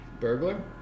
Burglar